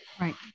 Right